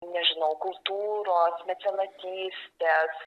nežinau kultūros mecenatystės